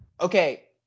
Okay